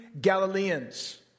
Galileans